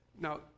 Now